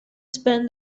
spent